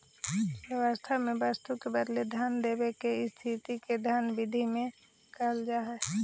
व्यवस्था में वस्तु के बदले धन देवे के स्थिति के धन विधि में कहल जा हई